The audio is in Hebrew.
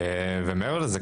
ומעבר לזה,